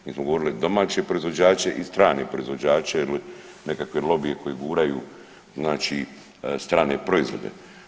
Mi smo govorili domaće proizvođače i strane proizvođače jer nekakvi lobiji koji guraju znači strane proizvode.